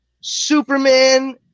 Superman